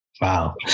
Wow